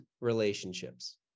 relationships